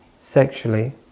sexually